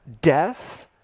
death